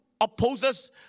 opposes